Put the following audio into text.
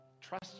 trust